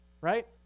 Right